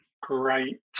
great